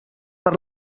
per